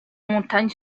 montagne